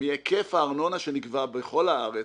מהיקף הארנונה שנגבה בכל הארץ,